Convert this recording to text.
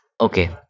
okay